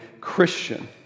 Christian